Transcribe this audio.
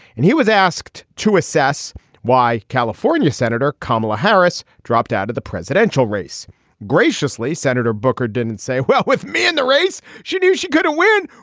and he was asked to assess why california senator kamala harris dropped out of the presidential race graciously. senator booker didn't say well with me in the race. she knew she couldn't win.